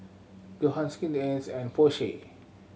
Johan Skin Inc and Porsche